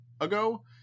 ago